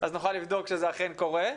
נוכל לבדוק שזה אכן קורה.